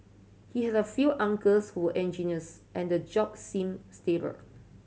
he had a few uncles who engineers and the job seemed stable